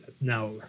now